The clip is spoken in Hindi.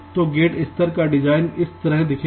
तो गेट स्तर का डिज़ाइन इस तरह दिखेगा